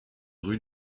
rue